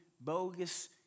bogus